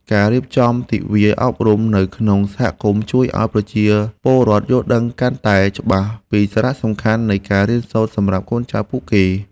ការរៀបចំទិវាអប់រំនៅក្នុងសហគមន៍ជួយឱ្យប្រជាពលរដ្ឋយល់ដឹងកាន់តែច្បាស់ពីសារៈសំខាន់នៃការរៀនសូត្រសម្រាប់កូនចៅពួកគេ។